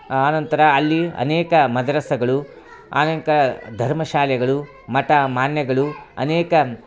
ಆನಂತರ ಅಲ್ಲಿ ಅನೇಕ ಮದರಸಾಗಳು ಆನಂತರ ಧರ್ಮ ಶಾಲೆಗಳು ಮಠ ಮಾನ್ಯಗಳು ಅನೇಕ